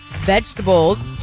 vegetables